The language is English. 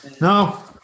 No